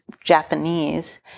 Japanese